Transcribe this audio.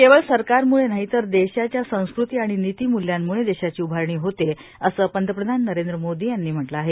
केवळ सरकारम्ळे नाही तर देशाच्या संस्कृती आणि नितीम्ल्यांम्ळे देशाची उभारणी होते असे पंतप्रधान नरेंद्र यांनी म्हटले आहे